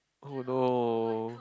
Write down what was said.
oh no